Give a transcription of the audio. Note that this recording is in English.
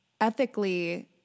ethically